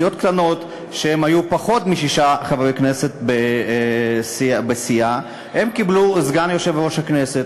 סיעות קטנות שמנו פחות משישה חברי כנסת בסיעה קיבלו סגן יושב-ראש הכנסת.